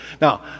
Now